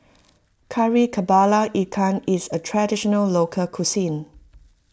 Kari Kepala Ikan is a Traditional Local Cuisine